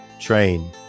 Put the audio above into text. train